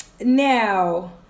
now